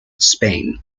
spain